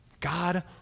God